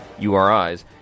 URIs